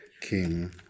king